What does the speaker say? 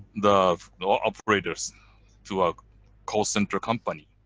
the you know operators to a call center company.